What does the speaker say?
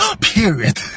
period